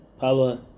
power